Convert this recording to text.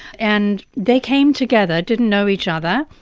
and they came together, didn't know each other,